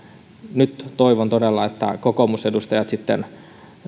nyt toivon todella että kokoomusedustajat sitten